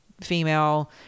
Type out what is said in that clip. female